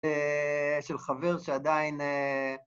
‫של חבר שעדיין...